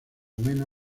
mena